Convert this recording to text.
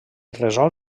resol